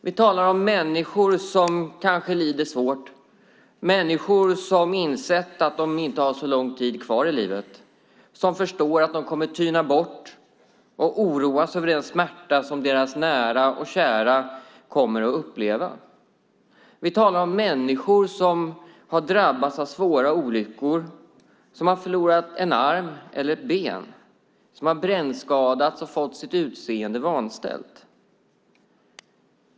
Vi talar om människor som kanske lider svårt, människor som insett att de inte har så lång tid kvar i livet, som förstår att de kommer att tyna bort och oroas över den smärta som deras nära och kära kommer att uppleva. Vi talar om människor som har drabbats av svåra olyckor, som har förlorat en arm eller ett ben, som har brännskadats och fått sitt utseende vanställt.